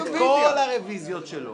את כל הרביזיות שלו.